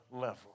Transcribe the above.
level